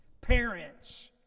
Parents